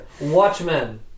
Watchmen